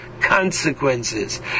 consequences